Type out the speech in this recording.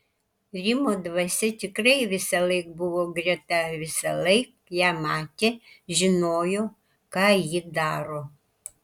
rimo dvasia tikrai visąlaik buvo greta visąlaik ją matė žinojo ką ji daro